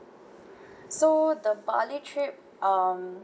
so the bali trip um